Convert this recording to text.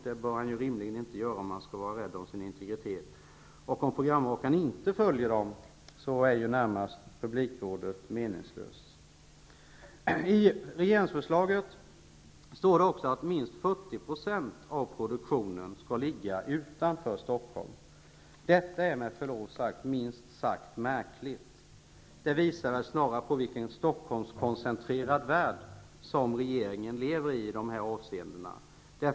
Det bör han rimligen inte göra om han skall vara rädd om sin integritet. Om programmakaren inte följer uttalandena är publikrådet närmast meningslöst. I regeringförslaget står också att minst 40 % av produktionen skall ligga utanför Stockholm. Detta är med förlov sagt märkligt. Det visar snarare på i vilken Stockholmskoncentrerad värld som regeringen lever i dessa avseenden.